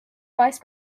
vice